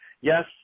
yes